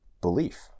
belief